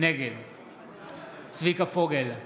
נגד צביקה פוגל,